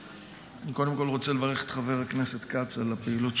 אני קודם כול רוצה לברך את חבר הכנסת כץ על הפעילות,